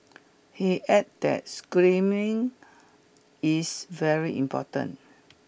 he add that screening is very important